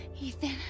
Ethan